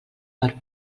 per